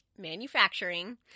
Manufacturing